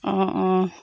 অঁ অঁ